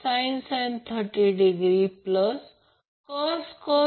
6 याचा अर्थ sin 1 0